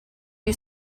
you